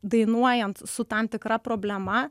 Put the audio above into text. dainuojant su tam tikra problema